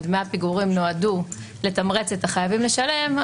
ודמי הפיגורים נועדו לתמרץ את החייבים לשלם,